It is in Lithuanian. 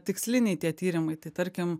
tiksliniai tie tyrimai tai tarkim